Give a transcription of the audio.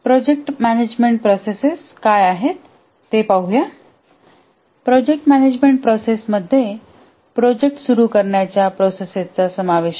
project management process काय आहेत हे पाहू या प्रोजेक्ट मॅनेजमेंट प्रोसेस मध्ये प्रोजेक्ट सुरू करण्याच्या प्रोसेसेस समावेश आहे